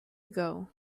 ago